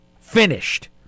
finished